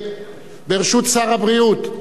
ברשות שר הבריאות,